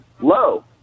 low